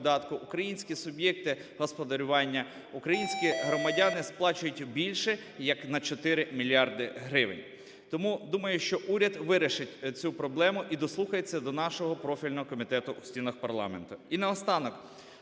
українські суб'єкти господарювання, українські громадяни сплачують більше як на 4 мільярди гривень. Тому думаю, що уряд вирішить цю проблему і дослухається до нашого профільного комітету в стінах парламенту. І наостанок.